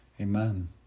Amen